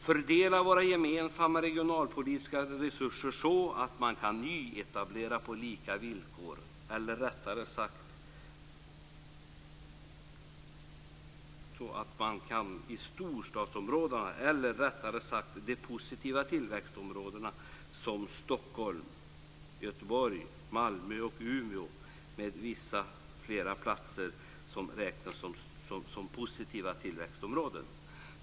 Fördela våra gemensamma regionalpolitiska resurser så att man kan nyetablera i Årjäng, Lycksele, Hagfors och Munkfors på lika villkor som i storstadsområdena, eller rättare sagt de positiva tillväxtområdena som Stockholm, Göteborg, Malmö och Umeå och ytterligare några platser som räknas som positiva tillväxtområden.